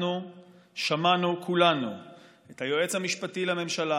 אנחנו שמענו כולנו את היועץ המשפטי לממשלה,